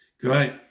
Great